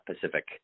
Pacific